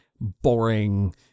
boring